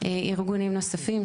וארגונים נוספים,